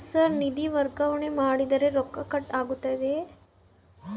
Sir ನಿಧಿ ವರ್ಗಾವಣೆ ಮಾಡಿದರೆ ರೊಕ್ಕ ಕಟ್ ಆಗುತ್ತದೆಯೆ?